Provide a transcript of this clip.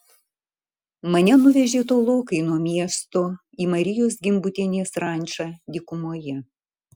mane nuvežė tolokai nuo miesto į marijos gimbutienės rančą dykumoje